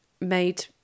made